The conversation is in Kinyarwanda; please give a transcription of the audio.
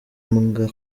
mbwa